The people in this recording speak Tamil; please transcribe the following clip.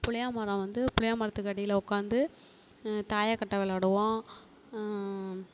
புளிய மரம் வந்து புளிய மரத்துக்கு அடியில் உக்காந்து தாயக்கட்டை விளாடுவோம்